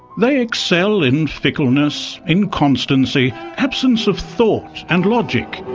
they excel in fickleness, inconstancy, absence of thought and logic,